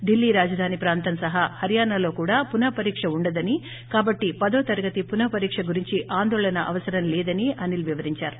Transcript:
ఢిల్లీ రాజధాని ప్రాంతం సహా హర్యానాలో కూడా పునపరీక్ష ఉండదని కాబట్టి పదోతరగతి పునపరీక్ష గురించి ఆందోళన అవసరం లేదని అనిల్ వివరించారు